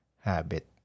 habit